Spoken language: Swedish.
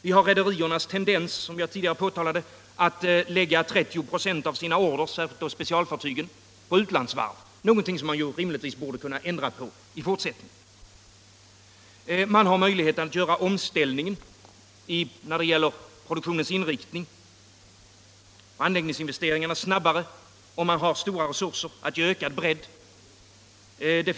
En annan sak som vi har påtalat tidigare är rederiernas tendens att lägga 30 96 av sina order på utlandsvarv, särskilt då specialfartygen. Det är ju också någonting som man rimligtvis borde kunna ändra på i fortsättningen. Vidare bör möjligheter föreligga att göra en omställning i produktionsinriktningen, anläggningsinvesteringarna kan göras snabbare och ges ökad bredd.